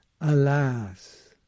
alas